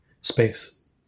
space